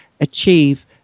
achieve